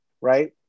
right